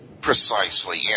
Precisely